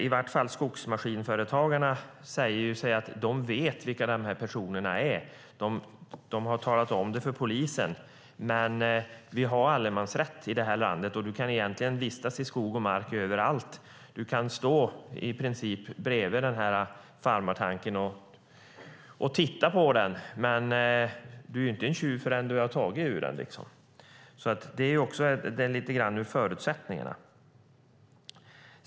I varje fall skogsmaskinföretagarna säger ju att de vet vilka dessa personer är, och de har talat om det för polisen. Vi har dock allemansrätt i det här landet, och du kan egentligen vistas överallt i skog och mark. Du kan i princip stå bredvid farmartanken och titta på den, men du är ju inte en tjuv förrän du har tagit ur den. Detta handlar också lite grann om förutsättningarna.